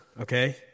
Okay